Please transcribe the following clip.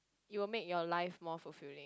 it will make your life more fulfilling